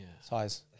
Size